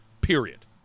Period